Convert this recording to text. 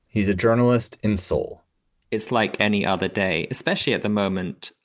he's a journalist in seoul it's like any other day, especially at the moment.